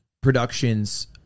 productions